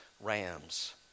rams